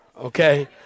okay